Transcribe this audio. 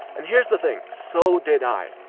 and here's the thing. so did i.